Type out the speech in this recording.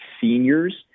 seniors